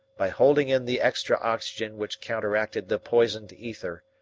by holding in the extra oxygen which counteracted the poisoned ether,